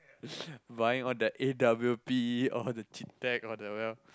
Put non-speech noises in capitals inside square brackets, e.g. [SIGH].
[NOISE] buying all the a_w_p all the g-tech all the